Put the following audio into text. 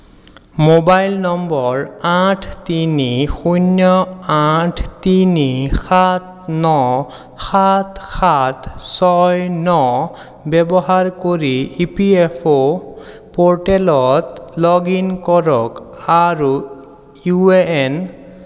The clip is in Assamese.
মোবাইল নম্বৰ আঠ তিনি শূন্য আঠ তিনি সাত ন সাত সাত ছয় ন ব্যৱহাৰ কৰি ই পি এফ অ' প'ৰ্টেলত লগ ইন কৰক আৰু ইউ এ এন